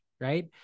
Right